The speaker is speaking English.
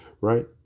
right